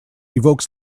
evokes